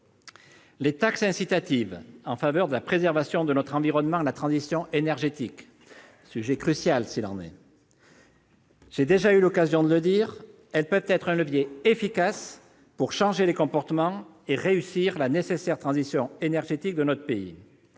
Les taxes incitatives en faveur de la préservation de notre environnement et de la transition énergétique représentent un sujet crucial. J'ai déjà eu l'occasion de le dire, elles peuvent être un levier efficace pour changer les comportements et réussir la nécessaire transition énergétique de notre pays.